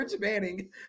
Manning